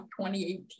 2018